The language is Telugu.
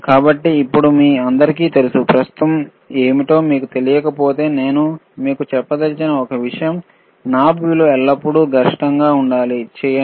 కాబట్టి ఇప్పుడు మీ అందరికీ తెలుసు ప్రస్తుతము ఏమిటో మీకు తెలియకపోతే నేను మీకు చెప్పదలచిన ఒక విషయం నాబ్ విలువ ఎల్లప్పుడూ గరిష్టంగా ఉండాలి చేయండి